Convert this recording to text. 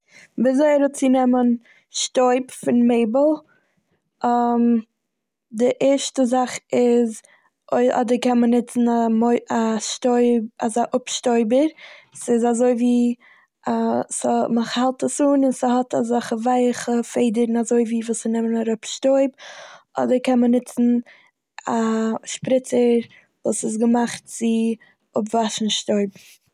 וויזוי אראפצונעמען שטויב פון מעבל. די ערשטע זאך איז א- אדער קען מען נוצן א מו- א שטויב- אזא אפשטויבער - ס'איז אזויווי א- ס'מיך- האלט עס אן און ס'האט אזעלכע ווייעכע פעדערן אזויווי וואס ס'נעמען אראפ שטויב, אדער קען מען נוצן א שפריצער וואס איז געמאכט צו אפוואשן שטויב.